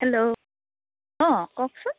hello অঁ কওকচোন